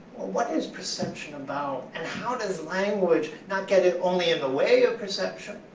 what is perception about and how does language not get it only in the way of perception,